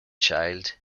child